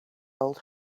old